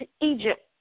Egypt